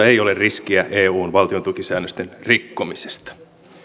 ei ole riskiä eun valtiontukisäännösten rikkomisesta